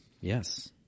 Yes